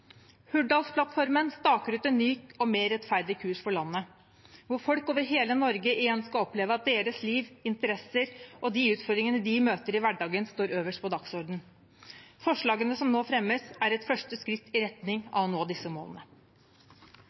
Hurdalsplattformen staker ut en ny og mer rettferdig kurs for landet, hvor folk over hele Norge igjen skal oppleve at deres liv, interesser og de utfordringene de møter i hverdagen, står øverst på dagsordenen. Forslagene som nå fremmes, er et første skritt i retning av å nå disse målene.